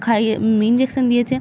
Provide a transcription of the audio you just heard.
খাইয়ে ইঞ্জেকশন দিয়েছে